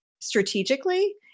strategically